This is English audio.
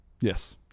Yes